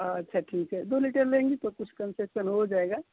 अच्छा ठीक है दो लीटर लेंगी तो कुछ कन्सेक्सन हो जाएगा